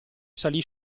salì